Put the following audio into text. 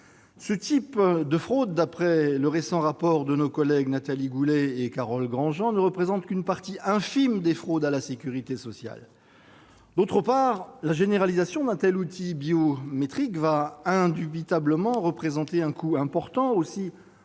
ce type de fraude, d'après le récent rapport de Nathalie Goulet et Carole Grandjean, ne représente qu'une partie infime des fraudes à la sécurité sociale. D'autre part, la généralisation d'un tel outil biométrique représentera indubitablement un coût important. Il convient